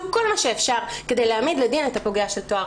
כל מה שאפשר כדי להעמיד לדין את הפוגע של טוהר.